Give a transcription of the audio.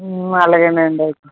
అలాగేనండి అయితే